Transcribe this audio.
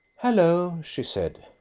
hello! she said.